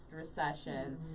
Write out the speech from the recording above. recession